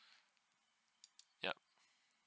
yup